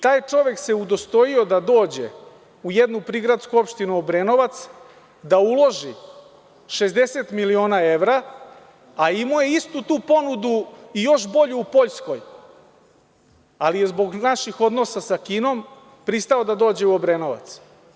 Taj čovek se udostojio da dođe u jednu prigradsku opštinu Obrenovac da uloži 60 miliona evra, a imao je istu tu ponudu i još bolju u Poljskoj, ali je zbog naših odnosa sa Kinom pristao da dođe u Obrenovac.